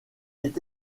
est